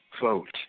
vote